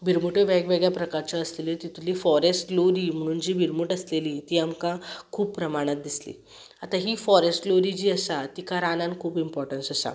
भिरमुट्यो वेगवेगळ्या प्रकारच्यो आसतल्यो तितुंतली फॉरॅस्ट ग्लोरी म्हणून जी भिरमूट आसलेली ती आमकां खूब प्रमाणांत दिसली आतां ही फॉरॅस्ट ग्लोरी जी आसा तिका रानांत खूब इंपॉर्टन्स आसा